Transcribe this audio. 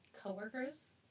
coworkers